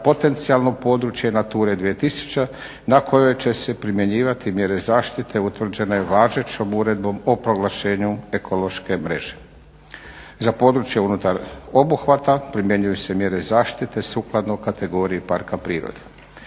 potencijalno područje NATURA 2000 na kojoj će se primjenjivati mjere zaštite utvrđene važećom uredbom o proglašenju ekološke mreže. Za područje unutar obuhvata primjenjuju se mjere zaštite sukladno kategoriji parka prirode.